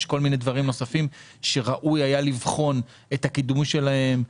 יש כל מיני דברים נוספים שראוי היה לבחון את הקידום שלהם.